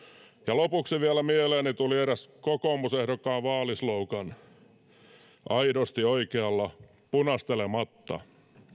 lopuksi vielä mieleeni tuli erään kokoomusehdokkaan vaalislogan aidosti oikealla punastelematta